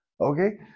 Okay